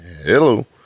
Hello